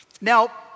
Now